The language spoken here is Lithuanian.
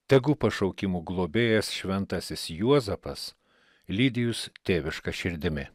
tegu pašaukimų globėjas šventasis juozapas lydi jus tėviška širdimi